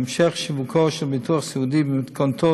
המשך שיווקו של ביטוח סיעודי במתכונתו